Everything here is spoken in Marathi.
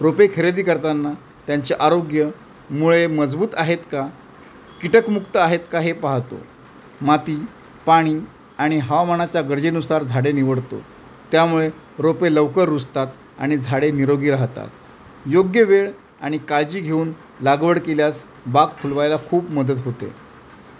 रोपे खरेदी करतांना त्यांचे आरोग्य मुळे मजबूत आहेत का कीटकमुक्त आहेत का हे पाहतो माती पाणी आणि हवामानाच्या गरजेनुसार झाडे निवडतो त्यामुळे रोपे लवकर रुजतात आणि झाडे निरोगी राहतात योग्य वेळ आणि काळजी घेऊन लागवड केल्यास बाग फुलवायला खूप मदत होते